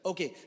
Okay